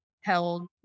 held